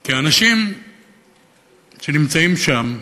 כי האנשים שנמצאים שם,